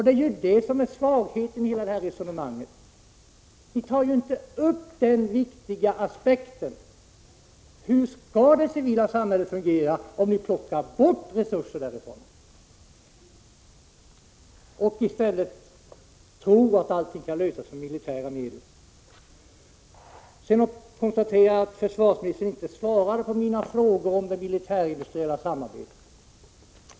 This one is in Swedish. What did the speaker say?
Det är ju det som är svagheten i det här resonemanget - att ni inte tar upp den viktiga aspekten. Hur skall det civila samhället fungera om ni plockar bort resurser därifrån och tror att allt kan lösas med militära medel? Sedan konstaterar jag att försvarsministern inte svarade på mina frågor om det militärindustriella samarbetet.